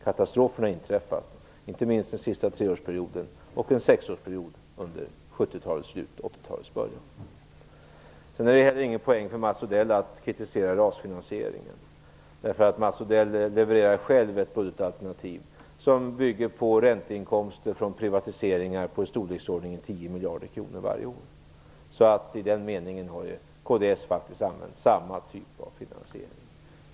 Katastrofen har inträffat under den senaste treårsperioden och under en sexårsperiod i slutet av 70-talet och början av 80-talet. Mats Odell kan inte heller ta någon poäng genom att kritisera finansieringen av RAS. Mats Odell levererar själv ett budgetalternativ som bygger på ränteinkomster från privatiseringar i storleksordningen tio miljarder kronor varje år. I den meningen har kds faktiskt använt samma typ av finansiering.